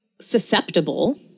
susceptible